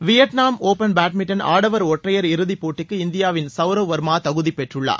Vietnam open badminton ஆடவர் ஒற்றையர் இறுதிப்போட்டிக்கு இந்தியாவின் சவ்ரவ் வர்மா தகுதி பெற்றுள்ளார்